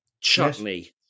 chutney